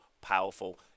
powerful